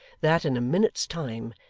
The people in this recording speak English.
that, in a minute's time,